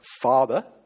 Father